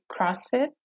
CrossFit